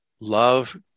love